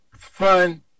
fun